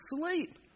sleep